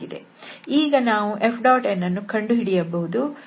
ಈಗ ನಾವು F⋅n ಅನ್ನು ಕಂಡು ಹಿಡಿಯಬಹುದು ಏಕೆಂದರೆ Fxiyjzk